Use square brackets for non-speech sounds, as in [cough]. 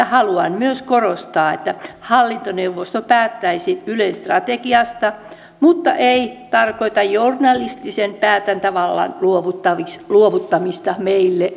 [unintelligible] haluan myös korostaa että hallintoneuvosto päättäisi ylen strategiasta mutta se ei tarkoita journalistisen päätäntävallan luovuttamista luovuttamista meille